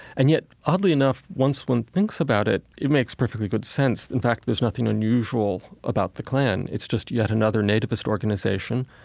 and yet, oddly enough, once one thinks about it, it makes perfectly good sense. in fact, there is nothing unusual about the klan. it's just yet another nativist organization,